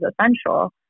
essential